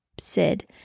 Sid